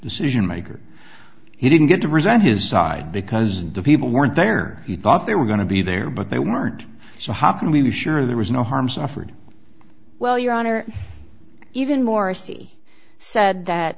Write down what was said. decision maker he didn't get to present his side because the people weren't there he thought they were going to be there but they weren't so how can we be sure there was no harm suffered well your honor even morsi said that